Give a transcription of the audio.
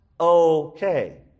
okay